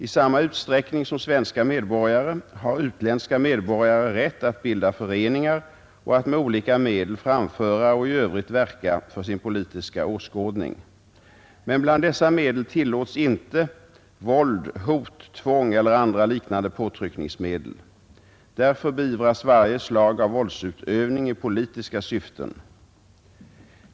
I samma utsträckning som svenska medborgare har utländska medborgare rätt att bilda föreningar och att med olika medel framföra och i övrigt verka för sin politiska åskådning. Men bland dessa medel tillåts inte våld, hot, tvång eller andra liknande påtryckningsmedel. Därför beivras varje slag av våldsutövning i politiska syften.